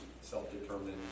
self-determined